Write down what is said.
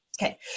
Okay